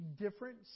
different